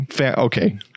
okay